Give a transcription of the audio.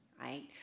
right